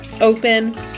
open